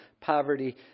poverty